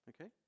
Okay